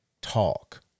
talk